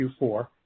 Q4